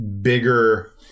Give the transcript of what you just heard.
bigger